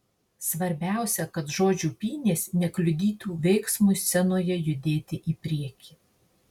svarbiausia kad žodžių pynės nekliudytų veiksmui scenoje judėti į priekį